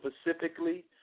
specifically